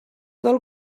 del